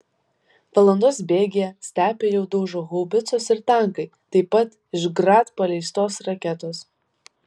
valandos bėgyje stepę jau daužo haubicos ir tankai taip pat iš grad paleistos raketos